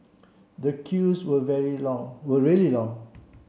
the queues were very long were really long